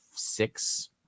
six